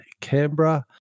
Canberra